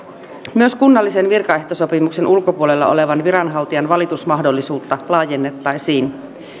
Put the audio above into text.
myös kunnallisen virkaehtosopimuksen ulkopuolella olevan viranhaltijan valitusmahdollisuutta laajennettaisiin